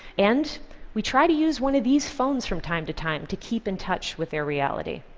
and we try to use one of these phones from time to time to keep in touch with their reality.